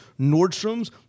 Nordstrom's